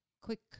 quick